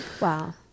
Wow